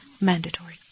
mandatory